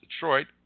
Detroit